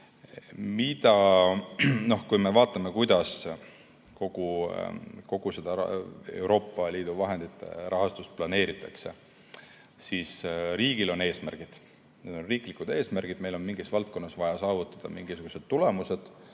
Kui me vaatame, kuidas kogu seda Euroopa Liidu vahendite rahastust planeeritakse, siis riigil on eesmärgid, need on riiklikud eesmärgid, meil on mingis valdkonnas vaja saavutada mingisugused tulemused,